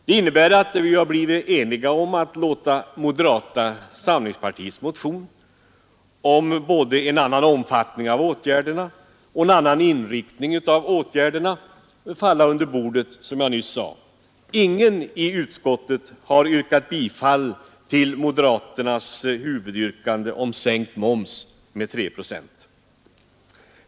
Det innebär att vi har blivit eniga om att låta moderata samlingspar politiska åtgärder tiets motion om både en annan omfattning och en annan inriktning av åtgärderna falla under bordet, som jag nyss sade. Ingen i utskottet har yrkat bifall till moderaternas huvudyrkande om sänkt moms med 3 procent.